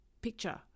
picture